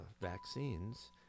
vaccines